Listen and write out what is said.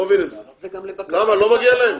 מה, לא מגיע להם?